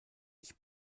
ich